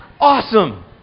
awesome